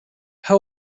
how